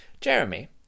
Jeremy